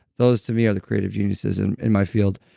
those to me are the creative geniuses and in my field.